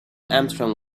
armstrong